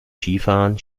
skifahren